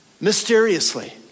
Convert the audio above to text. mysteriously